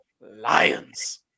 Lions